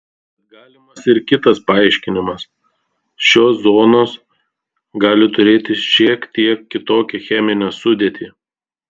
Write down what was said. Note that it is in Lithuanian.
bet galimas ir kitas paaiškinimas šios zonos gali turėti šiek tiek kitokią cheminę sudėtį